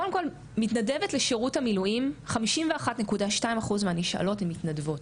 קודם ל מתנדבת לשירות המילואים 51.2 אחוז מהנשאלות הן מתנדבות,